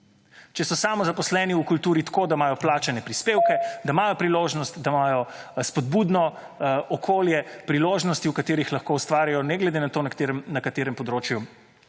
Če so samozaposleni v kulturi tako, da imajo plačane prispevke, / znak za konec razprave/ da imajo priložnost, da imajo spodbudno okolje, priložnosti, v katerih lahko ustvarijo, ne glede na to, na katerem področju